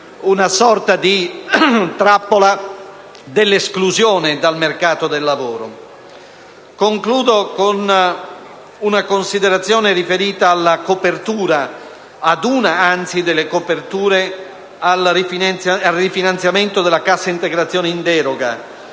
una sorta di trappola dell'esclusione dal mercato del lavoro. Concludo con una considerazione riferita ad una delle coperture per il rifinanziamento della cassa integrazione in deroga,